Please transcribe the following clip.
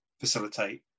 facilitate